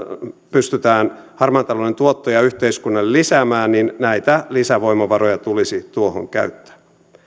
pystytään harmaan talouden tuottoja yhteiskunnalle lisäämään niin näitä lisävoimavaroja tulisi tuohon käyttää